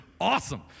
awesome